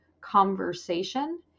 conversation